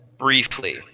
Briefly